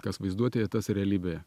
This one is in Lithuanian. kas vaizduotėje tas ir realybėje